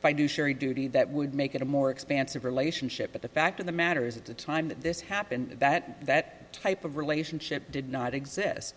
by do sherry duty that would make it a more expansive relationship but the fact of the matter is at the time that this happened that that type of relationship did not exist